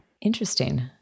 Interesting